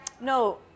no